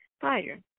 Fire